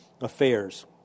affairs